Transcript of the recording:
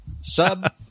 sub